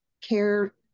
care